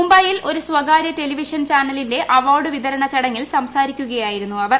മുംബൈയിൽ ഒരു സ്വകാര്യ ടെലിവിഷൻ ചാനലിന്റെ അവാർഡ് വിതരണ ചടങ്ങിൽ സംസാരിക്കുകയായിരുന്നു അവർ